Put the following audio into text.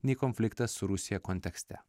nei konfliktas su rusija kontekste